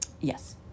Yes